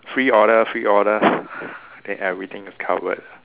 free order free order then everything is covered